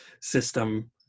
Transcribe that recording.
system